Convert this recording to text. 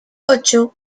ocho